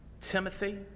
Timothy